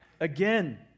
Again